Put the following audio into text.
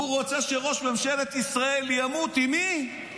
הוא רוצה שראש ממשלת ישראל ימות, עם מי?